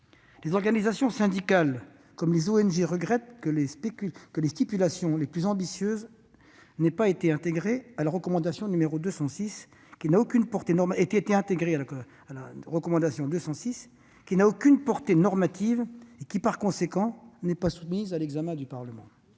les organisations syndicales, comme les ONG, regrettent que les mesures les plus ambitieuses aient été intégrées à la recommandation n° 206, qui n'a aucune portée normative et qui, par conséquent, n'est pas soumise à l'examen du Parlement.